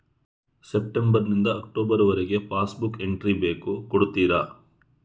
September ನಿಂದ October ವರಗೆ passbook entry ಬೇಕು ಕೊಡುತ್ತೀರಾ?